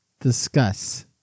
Discuss